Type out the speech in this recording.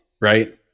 Right